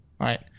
right